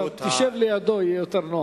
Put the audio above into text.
חרמש, תשב לידו, יהיה נוח יותר.